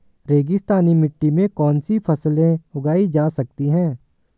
रेगिस्तानी मिट्टी में कौनसी फसलें उगाई जा सकती हैं?